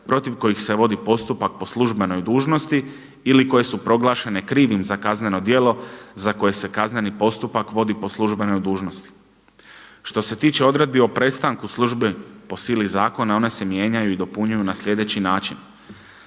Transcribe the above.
protiv kojih se vodi postupak po službenoj dužnosti ili koje su proglašene krivim za kazneno djelo za koje se kazneni postupak vodi po službenoj dužnosti. Što se tiče odredbi o prestanku službe po sili zakona one se mijenjaju i nadopunjuju na sljedeći način,